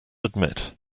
admit